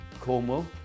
Cornwall